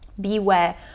beware